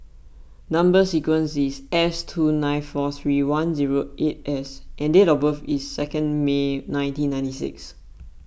Number Sequence is S two nine four three one zero eight S and date of birth is second May nineteen ninety six